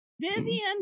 Vivian